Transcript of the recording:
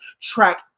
track